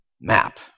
map